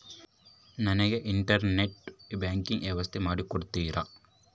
ನನಗೆ internet banking ವ್ಯವಸ್ಥೆ ಮಾಡಿ ಕೊಡ್ತೇರಾ?